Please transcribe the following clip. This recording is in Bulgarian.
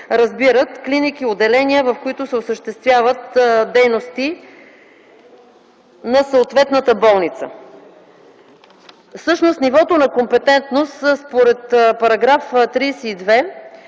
разбират клиники и отделения, в които се осъществяват дейности на съответната болница. Всъщност нивото на компетентност според § 32